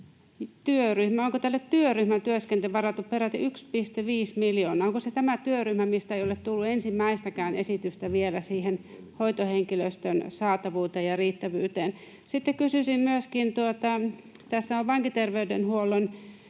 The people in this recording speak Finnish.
Onko tälle työryhmän työskentelylle varattu peräti 1,5 miljoonaa? Onko se tämä työryhmä, mistä ei ole tullut ensimmäistäkään esitystä vielä siihen hoitohenkilöstön saatavuuteen ja riittävyyteen? Sitten kysyisin myöskin vankiterveydenhuollon